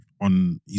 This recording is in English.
on